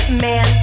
man